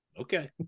Okay